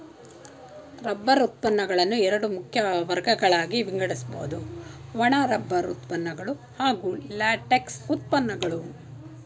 rubber ಉತ್ಪನ್ನಗಳನ್ನು ಎರಡು ಮುಖ್ಯ ವರ್ಗಗಳಾಗಿ ವಿಂಗಡಿಸ್ಬೋದು ಒಣ ರಬ್ಬರ್ ಉತ್ಪನ್ನಗಳು ಹಾಗೂ ಲ್ಯಾಟೆಕ್ಸ್ ಉತ್ಪನ್ನಗಳು